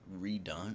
redone